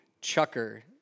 chucker